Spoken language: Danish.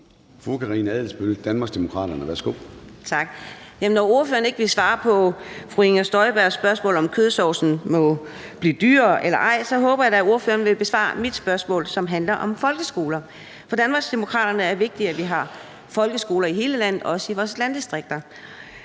Karina Adsbøl (DD): Tak. Jamen når ordføreren ikke vil svare på fru Inger Støjbergs spørgsmål om, om kødsovsen må blive dyrere eller ej, håber jeg da, at ordføreren vil besvare mit spørgsmål, som handler om folkeskoler. For Danmarksdemokraterne er det vigtigt, at vi har folkeskoler i hele landet, også i vores landdistrikter.